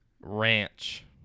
Ranch